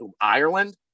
ireland